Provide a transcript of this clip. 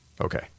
Okay